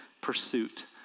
pursuit